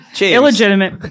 Illegitimate